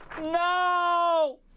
No